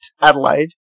Adelaide